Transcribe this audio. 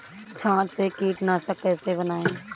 छाछ से कीटनाशक कैसे बनाएँ?